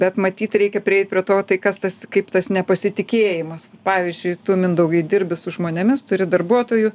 bet matyt reikia prieit prie to tai kas tas kaip tas nepasitikėjimas pavyzdžiui tu mindaugai dirbi su žmonėmis turi darbuotojų